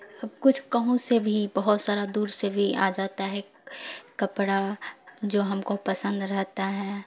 اب کچھ کہوں سے بھی بہت سارا دور سے بھی آ جاتا ہے کپڑا جو ہم کو پسند رہتا ہے